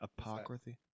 Apocryphy